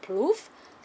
proof